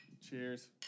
Cheers